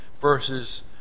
verses